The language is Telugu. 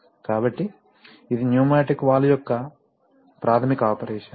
కాబట్టి ఇది న్యూమాటిక్ వాల్వ్ యొక్క ప్రాథమిక ఆపరేషన్